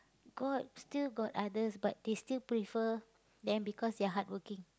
got still got others but they still prefer them because they are hardworking